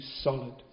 solid